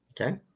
Okay